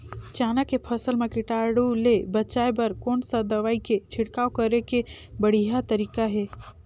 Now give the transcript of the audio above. चाना के फसल मा कीटाणु ले बचाय बर कोन सा दवाई के छिड़काव करे के बढ़िया तरीका हे?